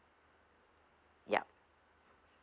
yup